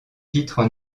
titres